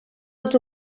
els